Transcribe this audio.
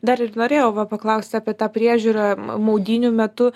dar ir norėjau va paklausti apie tą priežiūrą ma maudynių metu